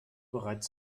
bereits